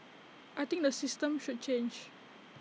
I think the system should change